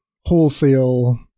wholesale